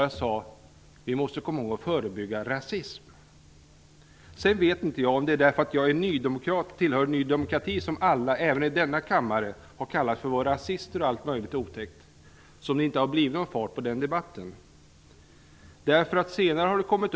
Jag sade: Vi måste komma ihåg att förebygga rasism. Sedan vet inte jag om det är därför att jag tillhör Ny demokrati -- som alla, även i denna kammare, har beskyllt för att vara rasister och allt möjligt otäckt -- som det inte har blivit någon fart på den debatten.